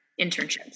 internships